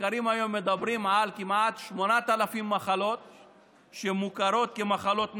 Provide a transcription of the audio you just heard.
מחקרים היום מדברים על כמעט 8,000 מחלות המוכרות כמחלות נדירות.